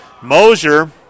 Mosier